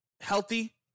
healthy